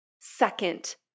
second